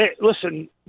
listen